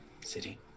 City